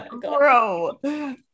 Bro